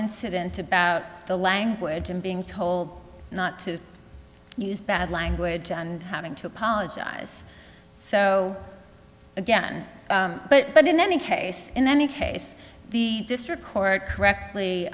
incident about the language and being told not to use bad language and having to apologize so again but but in any case in any case the district court correctly